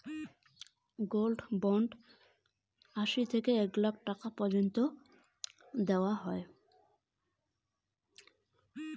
Gold bond এ কতো টাকা পর্যন্ত দেওয়া হয়?